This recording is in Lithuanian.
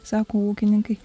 sako ūkininkai